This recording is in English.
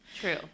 True